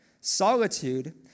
Solitude